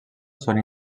són